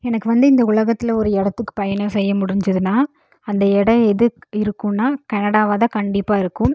எனக்கு வந்து இந்த உலகத்தில் ஒரு இடத்துக்குப் பயணம் செய்ய முடிஞ்சுதுன்னா அந்த இடம் எது இருக்குதுன்னா கெனடாவாக தான் கண்டிப்பாக இருக்கும்